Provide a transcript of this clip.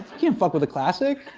can't fuck with a classic.